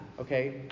okay